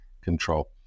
control